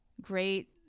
Great